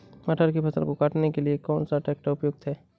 मटर की फसल को काटने के लिए कौन सा ट्रैक्टर उपयुक्त है?